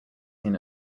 seen